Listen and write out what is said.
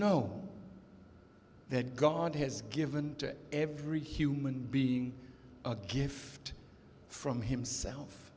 know that god has given to every human being a gift from himself